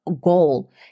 goal